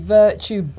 virtue